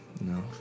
no